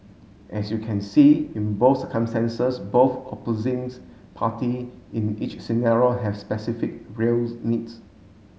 as you can see in both circumstances both opposings party in each scenario have specific reals needs